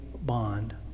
bond